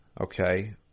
Okay